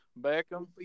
Beckham